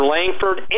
Langford